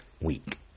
week